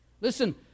listen